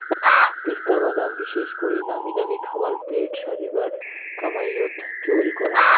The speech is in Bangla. পেস্তা বাদাম বিশেষ করি নামিদামি খাবার প্লেট সাজেবার কামাইয়ত চইল করাং হই